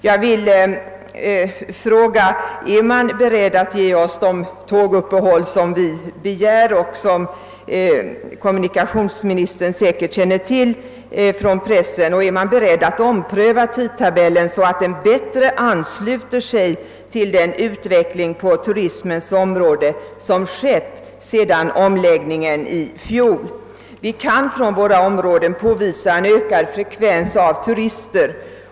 Jag vill fråga: är man beredd att ge oss de tåguppehåll som vi begär och som kommunikationsministern säkerligen känner till från pressen? Är man beredd att ompröva tidtabellen så att den bättre ansluter sig till den utveckling på turismens område som har ägt rum efter omläggningen i fjol? Vi kan inom vårt område påvisa en ökad frekvens av turister.